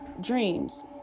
Dreams